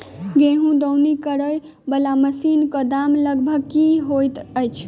गेंहूँ दौनी करै वला मशीन कऽ दाम लगभग की होइत अछि?